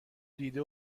دیده